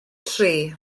tri